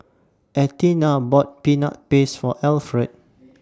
Athena bought Peanut Paste For Alferd